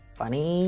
funny